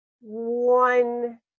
one